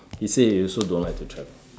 he say he also don't like to travel